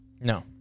No